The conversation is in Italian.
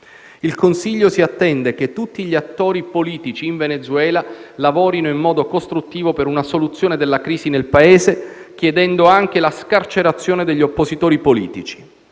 Il Consiglio si attende che tutti gli attori politici in Venezuela lavorino in modo costruttivo per una soluzione della crisi nel Paese, chiedendo anche la scarcerazione degli oppositori politici.